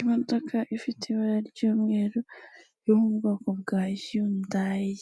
Imodoka ifite ibara ry'umweru yo mu bwoko bwa Hyundai